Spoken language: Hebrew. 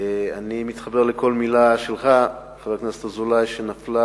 אני מתחבר לכל מלה שלך, חבר הכנסת אזולאי, שנפלה